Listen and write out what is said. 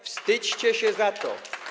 Wstydźcie się za to.